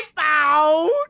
out